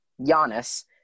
Giannis